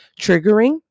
triggering